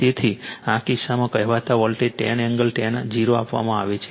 તેથી આ કિસ્સામાં કહેવાતા વોલ્ટેજ 10 એંગલ 0 આપવામાં આવે છે